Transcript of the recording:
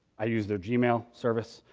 i use their gmail service,